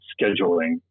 scheduling